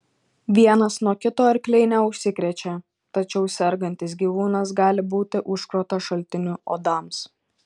vienas nuo kito arkliai neužsikrečia tačiau sergantis gyvūnas gali būti užkrato šaltiniu uodams